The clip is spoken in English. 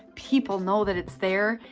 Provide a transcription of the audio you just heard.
people know that it's there,